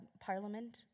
parliament